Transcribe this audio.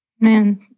Man